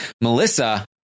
Melissa